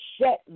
shut